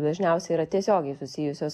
dažniausiai yra tiesiogiai susijusios